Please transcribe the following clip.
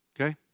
okay